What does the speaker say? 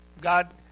God